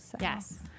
yes